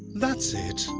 that's it!